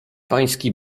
pański